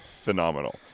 phenomenal